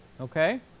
Okay